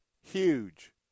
huge